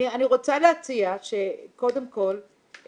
אני רוצה להציע שקודם כל,